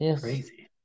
crazy